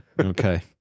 okay